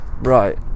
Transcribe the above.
right